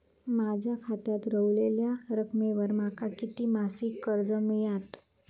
माझ्या खात्यात रव्हलेल्या रकमेवर माका किती मासिक कर्ज मिळात?